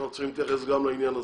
אנחנו צריכים להתייחס גם לעניין הזה.